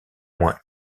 moins